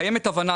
קיימת הבנה,